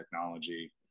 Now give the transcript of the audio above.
technology